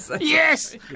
Yes